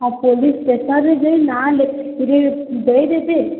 ଆଉ ପୋଲିସ୍ ଷ୍ଟେସନ୍ରେ ଯାଇ ନାଁ ଦେଇଦେବେ